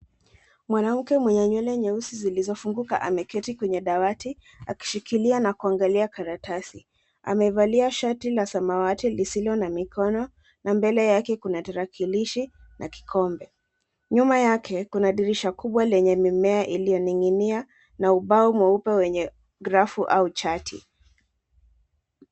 Mwanamke mwenye nywele nyeusi zilizofunguka ameketi kwenye dawati akishikilia na kuangalia karatasi. Amevalia shati la samawati lisilo na mikono na mbele yake kuna tarakilishi na kikombe. Nyuma yake kuna dirisha lenye mimea iliyoninginia na ubao mweupe wenye grafu au chati.